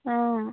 অঁ